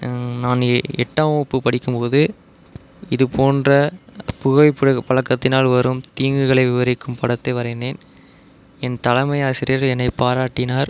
நான் எ எட்டாம் வகுப்பு படிக்கும்போது இது போன்ற புகைப்பழ பழக்கத்தினால் வரும் தீங்குகளை விவரிக்கும் படத்தை வரைந்தேன் என் தலைமை ஆசிரியர் என்னை பாராட்டினார்